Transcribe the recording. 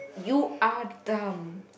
you are dumb